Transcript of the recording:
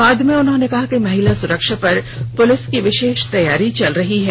बाद में उन्होंने कहा कि महिला सुरक्षा पर पुलिस की विशेष तैयारी चल रही है